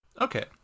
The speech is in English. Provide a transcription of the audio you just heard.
okay